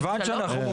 מה הפתרון?